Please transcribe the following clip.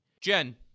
Jen